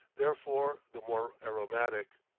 therefore the more aromatic.